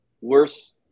worse